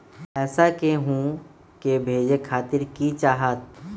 पैसा के हु के भेजे खातीर की की चाहत?